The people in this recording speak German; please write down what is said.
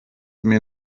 mir